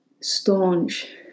staunch